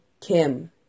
Kim